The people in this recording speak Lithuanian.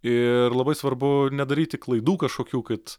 ir labai svarbu nedaryti klaidų kažkokių kad